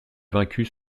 vaincu